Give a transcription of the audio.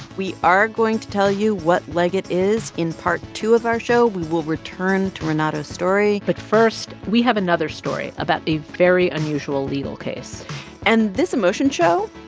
we are going to tell you what liget is. in part two of our show, we will return to renato's story but first, we have another story about a very unusual legal case and this emotion show,